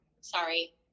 sorry